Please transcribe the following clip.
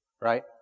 Right